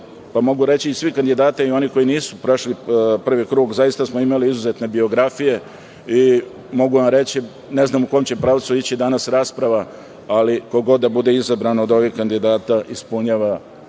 pa mogu reći i svih kandidata i onih koji nisu prešli prvi krug, zaista smo imali izuzetne biografije i mogu vam reći, ne znam u kom pravcu će ići danas rasprava, ali ko god da bude izabran od ovih kandidata ispunjava